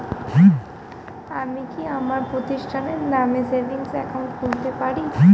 আমি কি আমার প্রতিষ্ঠানের নামে সেভিংস একাউন্ট খুলতে পারি?